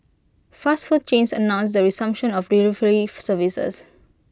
fast food chains announced the resumption of delivery services